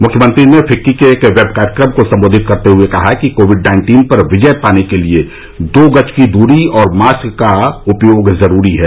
मुख्यमंत्री ने फिक्की के एक वेब कार्यक्रम को संबोधित करते हुए कहा कि कोविड नाइन्टीन पर विजय पाने के लिये दो गज की दूरी और मास्क का उपयोग जरूरी है